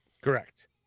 Correct